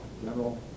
General